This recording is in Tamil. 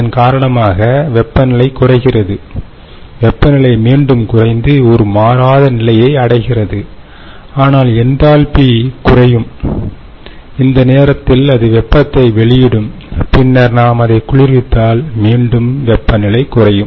இதன்காரணமாக வெப்பநிலை குறைகிறது வெப்பநிலை மீண்டும் குறைந்து ஒரு மாறாத நிலையை அடைகிறது ஆனால் என்தால்பி குறையும் இந்த நேரத்தில் அது வெப்பத்தை வெளிவிடும் பின்னர் நாம் அதை குளிர்வித்தால் மீண்டும் வெப்பநிலை குறையும்